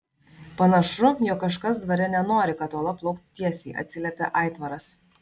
panašu jog kažkas dvare nenori kad uola plauktų tiesiai atsiliepė aitvaras